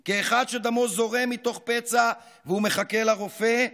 / כאחד שדמו זורם מתוך פצע והוא מחכה לרופא: